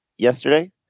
Yesterday